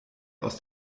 aus